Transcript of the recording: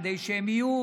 כדי שהם יהיו